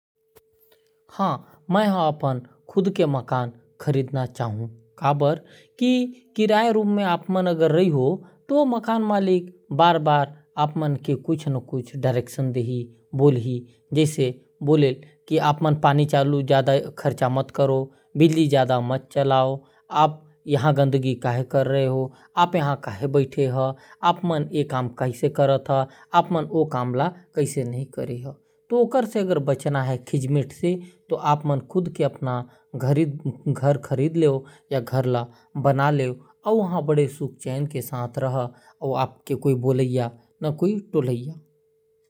मैं है अपन खुद के मकान खरीदना चाहूं । कहे कि किराया में रहे ले मकान मालिक कुछ न कुछ बोलहे। जैसे पानी ज्यादा मत चलाओ, यहां समान ना फेंको, यहां क्या कर रहे हो। और ओकर से बचना है तो अपन घर बहुत जरूरी है।